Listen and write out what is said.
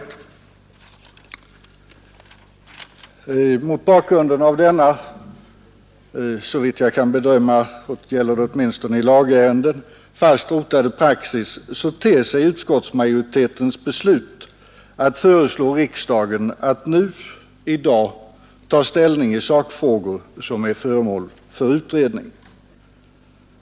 Det är mot bakgrunden av denna — såvitt jag kan bedöma gäller det åtminstone i lagärenden — fast rotade praxis vi skall se utskottsmajoritetens förslag att riksdagen i dag skall ta ställning i sakfrågor som är föremål för utredning.